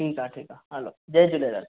ठीकु आहे ठीकु आहे हलो जय झूलेलाल